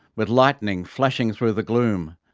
with lightning flashing through the gloom,